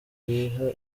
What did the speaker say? wiha